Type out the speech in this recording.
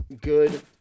Good